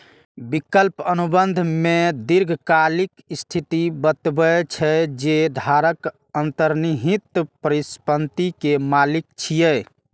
विकल्प अनुबंध मे दीर्घकालिक स्थिति बतबै छै, जे धारक अंतर्निहित परिसंपत्ति के मालिक छियै